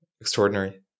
extraordinary